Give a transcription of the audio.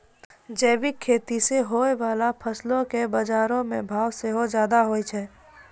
जैविक खेती से होय बाला फसलो के बजारो मे भाव सेहो ज्यादा होय छै